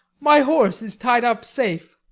my horse is tied up safe.